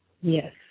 Yes